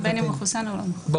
בין אם הם מחוסנים או לא מחוסנים.